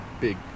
big